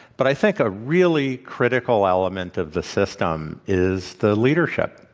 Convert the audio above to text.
but i think a really critical element of the system is the leadership,